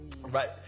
Right